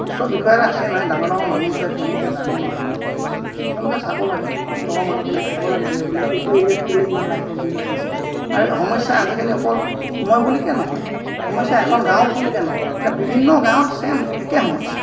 উচ্চ বিষয়া এটা আছে নহয় ডাঙৰ ডাঙৰ মানুহ আছে তেওঁলোকে জানে নহয় ক'ত কি হৈছে কি নাই তেওঁলোকে চাব লাগে তলৰ মানুহখিনিক ক'ব লাগে যে বোলে এইটো এৰিয়াত কেলেই ইমান লাইটৰ বিল আহিছে আৰে সমস্যা আজিকালি অকল মই বুলিকে নহয় সমস্যা এখন গাঁৱত বুলিকে নহয় এতিয়া বিভিন্ন গাঁৱত ছেম একে সমস্যা